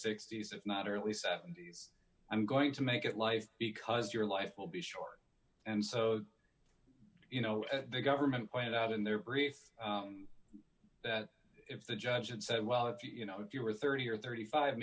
sixty's if not early seventy's i'm going to make it life because your life will be short and so you know the government pointed out in their briefs that if the judge and said well if you know if you are thirty or thirty five